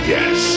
Yes